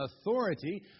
authority